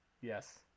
Yes